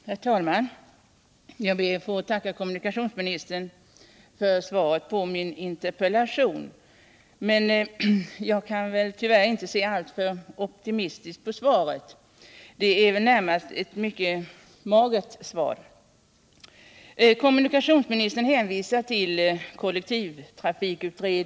Herr talman! Jag ber att få tacka kommunikationsministern för svaret på min interpellation. Jag kan tyvärr inte se alltför optimistiskt på svaret. Det är närmast ett mycket magert svar.